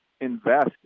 invest